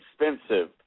expensive